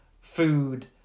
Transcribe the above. food